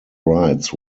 rites